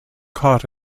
caught